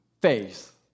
faith